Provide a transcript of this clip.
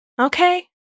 Okay